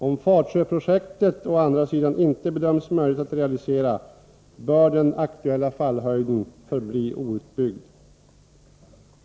Om Fatsjöprojektet å andra sidan inte bedöms möjligt att realisera bör den aktuella fallhöjden förbli outbyggd.